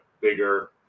bigger